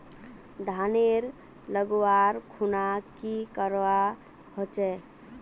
धानेर लगवार खुना की करवा होचे?